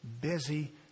busy